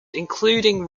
including